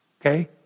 okay